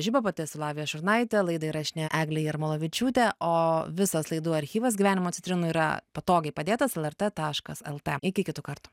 žibą pati esu lavija šurnaitė laidai įrašinėjo eglė jarmolavičiūtė o visas laidų archyvas gyvenimo citrinų yra patogiai padėtas į lrt taškas lt iki kitų kartų